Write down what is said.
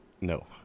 No